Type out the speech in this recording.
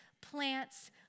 plants